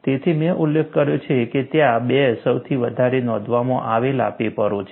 તેથી મેં ઉલ્લેખ કર્યો છે કે ત્યાં 2 સૌથી વધારે નોંધવામાં આવેલા પેપરો છે